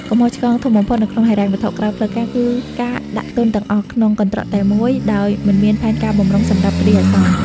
កំហុសឆ្គងធំបំផុតនៅក្នុងហិរញ្ញវត្ថុក្រៅផ្លូវការ គឺការដាក់ទុនទាំងអស់ក្នុង "កន្ត្រកតែមួយ" ដោយមិនមានផែនការបម្រុងសម្រាប់គ្រាអាសន្ន។